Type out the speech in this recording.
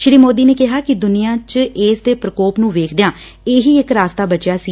ਸ਼ੀ ਮੌਦੀ ਨੇ ਕਿਹਾ ਕਿ ਦੁਨੀਆ 'ਚ ਇਸ ਦੇ ਪ੍ਰਕੋਪ ਨੂੰ ਵੇਖਦਿਆਂ ਇਹੀ ਇੱਕ ਰਾਸਤਾ ਬਚਿਆ ਸੀ